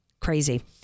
crazy